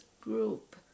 group